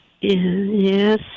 Yes